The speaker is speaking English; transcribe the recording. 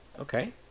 Okay